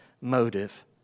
motive